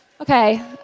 okay